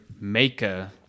Maker